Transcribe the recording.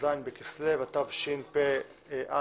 כ"ז בכסלו התשפ"א.